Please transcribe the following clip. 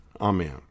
Amen